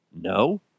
No